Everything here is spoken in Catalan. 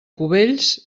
cubells